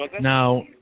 Now